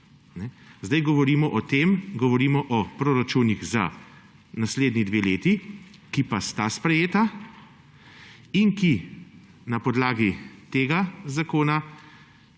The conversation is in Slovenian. Zdaj govorimo o tem, govorimo o poračunih za naslednji dve leti, ki pa sta sprejeta in ki na podlagi tega zakona